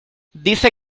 dice